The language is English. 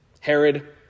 Herod